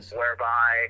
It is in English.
whereby